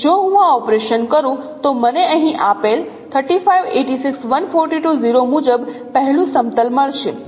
તેથી જો હું આ ઓપરેશન કરું તો મને અહીં આપેલ મુજબ પહેલું સમતલ મળશે